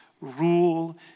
rule